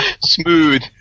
Smooth